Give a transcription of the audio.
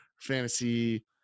fantasy